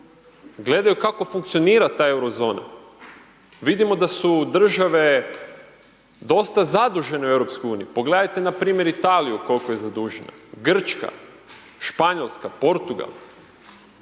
gledaju kako funkcionira ta euro zona. Vidimo da su države dosta zadužene u EU, pogledajte npr. Italiju koliko je zadužena, Grčka, Španjolska, Portugal.